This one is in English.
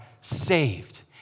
saved